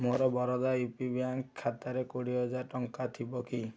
ମୋର Baroda U P bank ଖାତାରେ କୋଡ଼ିଏ ହଜାରେ ଟଙ୍କା ଥିବ କି